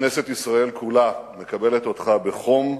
כנסת ישראל כולה מקבלת אותך בחום,